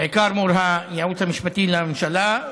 בעיקר מול הייעוץ המשפטי לממשלה,